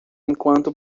enquanto